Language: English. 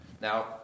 Now